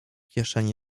kieszeni